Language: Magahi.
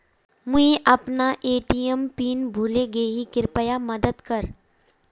मुई अपना ए.टी.एम पिन भूले गही कृप्या मदद कर